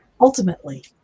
ultimately